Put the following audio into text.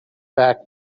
fact